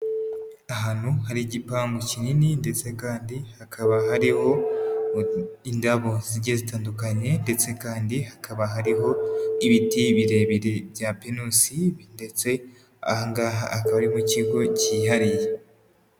Ahantu hari igipangu kinini ndetse kandi hakaba hariho indabo zigiye zitandukanye ndetse kandi hakaba hariho ibiti birebire bya pinusi ndetse aha ngaha akaba ari mu kigo cyihariye.